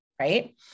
right